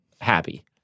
happy